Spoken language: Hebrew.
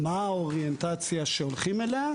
מה האוריינטציה שהולכים אליה.